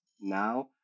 now